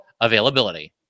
availability